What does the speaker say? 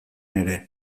ere